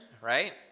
right